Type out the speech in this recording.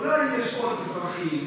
אולי יש עוד אזרחים.